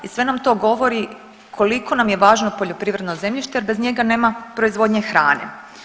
I sve nam to govori koliko nam je važno poljoprivredno zemljište jer bez njega nema proizvodnje hrane.